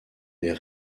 des